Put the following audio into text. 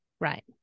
Right